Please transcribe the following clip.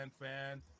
fan